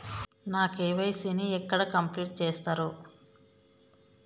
నా కే.వై.సీ ని ఎక్కడ కంప్లీట్ చేస్తరు?